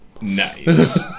Nice